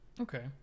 Okay